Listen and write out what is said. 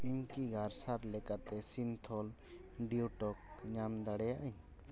ᱤᱧ ᱠᱤ ᱜᱟᱨᱥᱟᱨ ᱞᱮᱠᱟᱛᱮ ᱥᱤᱱᱛᱷᱳᱞ ᱰᱤᱭᱳ ᱴᱚᱠ ᱧᱟᱢ ᱫᱟᱲᱮᱭᱟᱜᱼᱟᱹᱧ